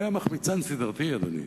היה מחמיצן סדרתי, אדוני.